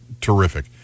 terrific